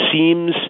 seems